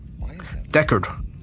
Deckard